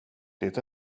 det